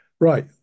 Right